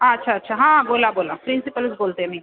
अच्छा अच्छा हां बोला बोला प्रिन्सिपलच बोलते आहे मी